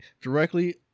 Directly